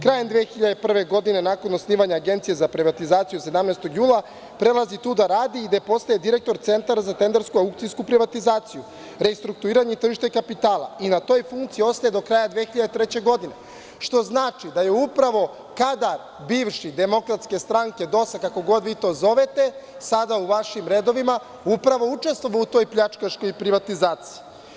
Krajem 2001. godine, nakon osnivanje Agencije za privatizaciju, 17. jula prelazi tu da radi, gde postaje direktor Centra za tendersku aukcijsku privatizaciju, restrukturiranje tržišta i kapitala i na toj funkciji ostaje do kraja 2003. godine, što znači da je upravo kadar bivši DS, DOS-a, kako god vi to zovete, sada u vašim redovima, upravo učestvovao u toj pljačkaškoj privatizaciji.